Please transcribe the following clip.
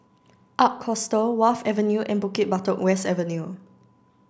Ark Hostel Wharf Avenue and Bukit Batok West Avenue